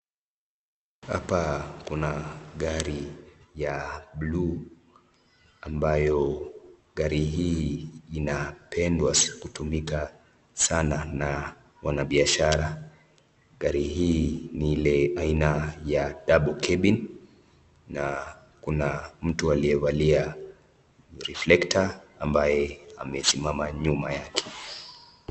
Hapa kuna gari ya blue , ambayo gari hii inapendwa kutumika sana na wafanyabiashara. Gari hii ni ile aina ya double cabin na kuna mtu aliyevalia reflector ambaye amesimama nyuma yake.